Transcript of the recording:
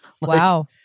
Wow